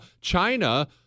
China